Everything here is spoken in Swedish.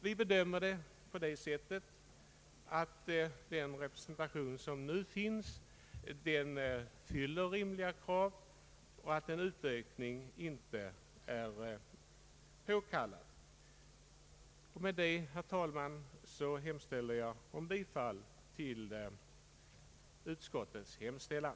Vi bedömer det så att den representation som nu finns fyller rimliga krav och att en utökning inte är påkallad. Med detta, herr talman, yrkar jag bifall till utskottets hemställan.